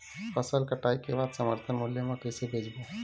फसल कटाई के बाद समर्थन मूल्य मा कइसे बेचबो?